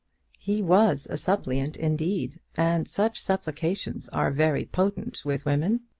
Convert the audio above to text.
he was a suppliant indeed, and such supplications are very potent with women.